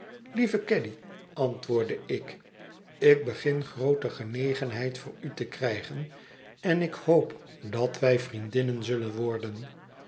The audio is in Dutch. lieve caddy antwoordde ik ik begin groote genegenheid voor u te krijgen en ik hoop dat wij vriendinnen zullen worden